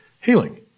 Healing